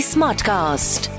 Smartcast